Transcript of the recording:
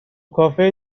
کافه